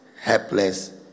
helpless